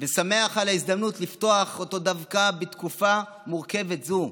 ושמח על ההזדמנות לפתוח אותו דווקא בתקופה מורכבת זו,